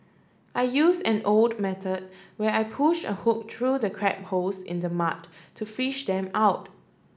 I use an old method where I push a hook through the crab holes in the mud to fish them out